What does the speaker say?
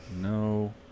no